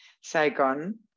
saigon